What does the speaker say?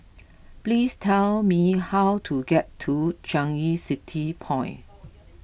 please tell me how to get to Changi City Point